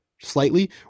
slightly